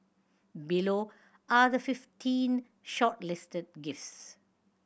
below are the fifteen shortlisted gifts